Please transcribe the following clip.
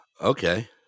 okay